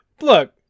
Look